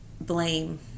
blame